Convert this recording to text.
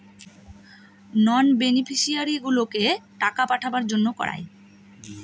নন বেনিফিশিয়ারিগুলোকে টাকা পাঠাবার জন্য করায়